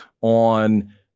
on